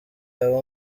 abo